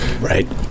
right